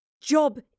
Job